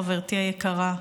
חברתי היקרה,